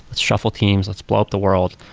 let's shuffle teams. let's blow up the world.